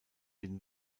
den